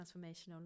transformational